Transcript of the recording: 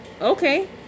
okay